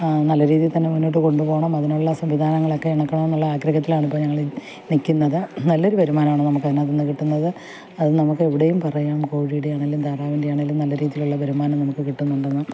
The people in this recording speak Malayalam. നല്ല രീതിയിൽ തന്നെ മുന്നോട്ടു കൊണ്ടുപോണം അതിനുള്ള സംവിധാനങ്ങളൊക്കെ ഇണക്കണം എന്നുള്ള ആഗ്രഹത്തിലാണ് ഇപ്പോൾ ഞങ്ങൾ നിൽക്കുന്നത് നല്ല ഒരു വരുമാനാണ് നമ്മൾക്ക് അതിനകത്തു നിന്ന് കിട്ടുന്നത് അത് നമ്മൾക്ക് എവിടേയും പറയാം കോഴിയുടെ ആണെങ്കിലും താറാവിൻ്റെ ആണെങ്കിലും നല്ല രീതിയിലുള്ള വരുമാനം നമുക്ക് കിട്ടുന്നുണ്ടെന്ന്